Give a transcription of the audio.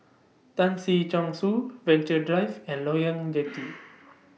Tan Si Chong Su Venture Drive and Loyang Jetty